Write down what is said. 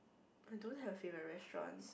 I don't have favourite restaurant